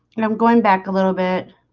and i'm going back a little bit.